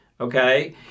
Okay